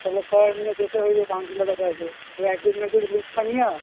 তাহলে সবাই মিলে যেতে হইবো কাউন্সিলারের কাছে ওই অ্যাড্রেস ম্যাড্রেস লিখ্যা নিয়া